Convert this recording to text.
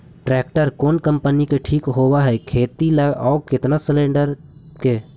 Tractor कोन company के ठीक होब है खेती ल औ केतना सलेणडर के?